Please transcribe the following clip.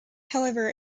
however